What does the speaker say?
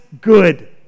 good